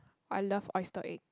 I love oyster egg